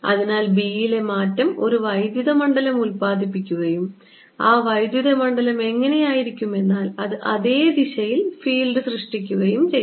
അതിനാൽ B യിലെ മാറ്റം ഒരു വൈദ്യുത മണ്ഡലം ഉൽപാദിപ്പിക്കുകയും ആ വൈദ്യുത മണ്ഡലം എങ്ങനെയായിരിക്കുമെന്നാൽ അത് അതേ ദിശയിൽ ഫീൽഡ് സൃഷ്ടിക്കുകയും ചെയ്യും